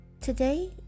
Today